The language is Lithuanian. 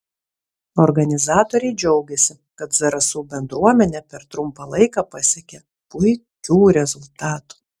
organizatoriai džiaugėsi kad zarasų bendruomenė per trumpą laiką pasiekė puikių rezultatų